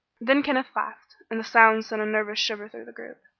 then kenneth laughed, and the sound sent a nervous shiver through the group.